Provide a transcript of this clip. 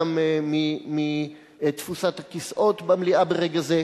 את זה אתם מבינים גם מתפוסת הכיסאות במליאה ברגע זה,